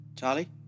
Charlie